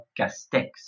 Castex